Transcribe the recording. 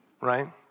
right